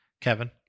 Kevin